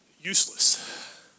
useless